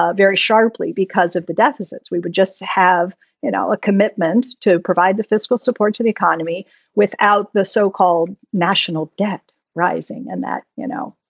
ah very sharply. because of the deficits, we would just have a ah ah commitment to provide the fiscal support to the economy without the so-called national debt rising and that, you know,